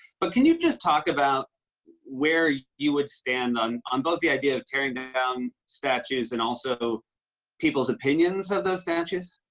but can you just talk about where you would stand on on both the idea of tearing down statues and also people's opinions of those statues?